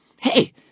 Hey